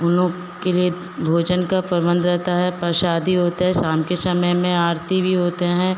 उन लोग के लिए भोजन का प्रबंध रहता है प्रसाद होता है शाम के समय में आरती भी होते हैं